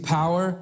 power